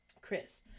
Chris